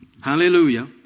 Hallelujah